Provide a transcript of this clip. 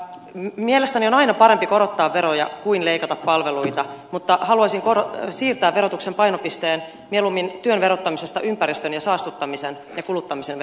mielestäni on aina parempi korottaa veroja kuin leikata palveluita mutta haluaisin siirtää verotuksen painopisteen työn verottamisesta mieluummin ympäristön saastuttamisen ja kuluttamisen verottamiseen